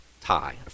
tie